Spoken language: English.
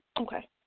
Okay